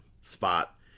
spot